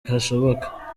hashoboka